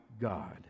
God